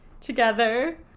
together